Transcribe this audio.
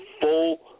full